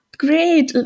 Great